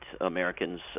Americans